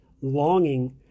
longing